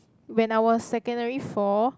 when I was secondary-four